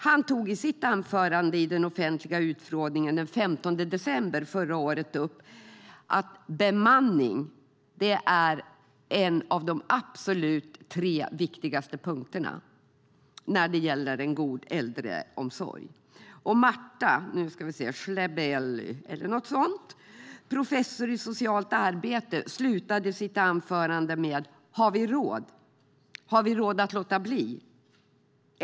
Han tog i sitt anförande i den offentliga utfrågningen den 15 december förra året upp att bemanning är en av de tre absolut viktigaste punkterna när det gäller en god äldreomsorg. Marta Szebehely, professor i socialt arbete, avslutade sitt anförande med att säga: Har vi råd? Har vi råd att låta bli?